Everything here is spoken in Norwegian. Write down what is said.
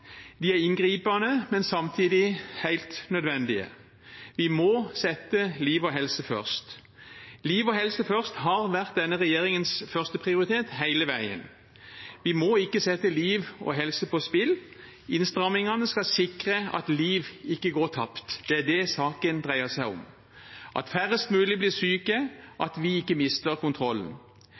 De er inngripende, men samtidig helt nødvendige. Vi må sette liv og helse først. Liv og helse først har vært denne regjeringens førsteprioritet hele veien. Vi må ikke sette liv og helse på spill. Innstrammingene skal sikre at liv ikke går tapt. Det er det saken dreier seg om: at færrest mulig blir syke, og at vi ikke mister kontrollen.